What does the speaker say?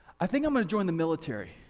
i think i'm gonna join the military.